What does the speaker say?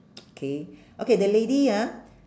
K okay the lady ah